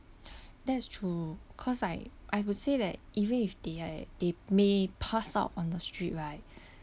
that's true cause Iike I would say that even if they they may pass out on the street right